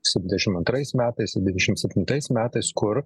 su dvidešimt abtrais metais dvidešimt septintais metais kur